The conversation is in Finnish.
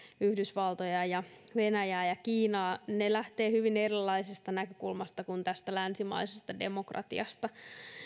yhdysvaltoja ja venäjää ja kiinaa lähtevät hyvin erilaisesta näkökulmasta kuin tästä länsimaisesta demokratiasta